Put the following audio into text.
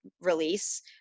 release